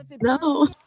No